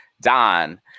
Don